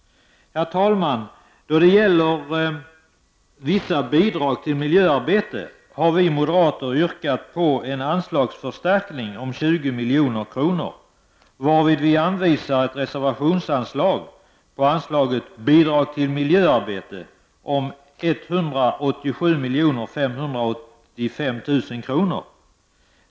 Herr talman! Då det gäller vissa bidrag till miljöarbete har vi moderater yrkat på en anslagsförstärkning om 20 milj.kr. i form av ett reservationsan slag, så att anslaget under Bidrag till miljöarbete blir 187 585 000 kr.